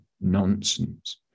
nonsense